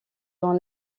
dans